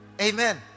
Amen